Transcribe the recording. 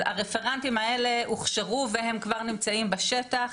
הרפרנטים האלה הוכשרו והם כבר נמצאים בשטח,